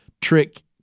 trick